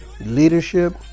leadership